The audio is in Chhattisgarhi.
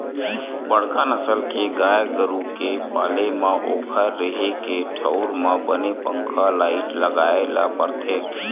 बड़का नसल के गाय गरू के पाले म ओखर रेहे के ठउर म बने पंखा, लाईट लगाए ल परथे